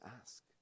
ask